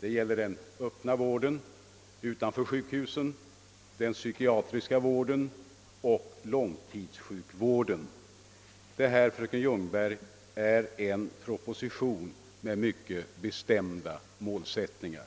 Det gäller den öppna vården utanför sjukhusen, den psykiatriska vården och långtidssjukvården. Detta, fröken Ljungberg, är en proposition med mycket bestämda målsättningar.